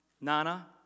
Nana